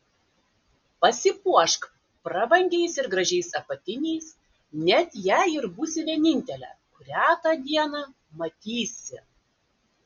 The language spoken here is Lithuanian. pasipuošk prabangiais ir gražiais apatiniais net jei ir būsi vienintelė kurią tą dieną matysi